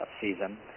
season